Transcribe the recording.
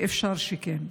ואפשר שכן.